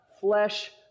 flesh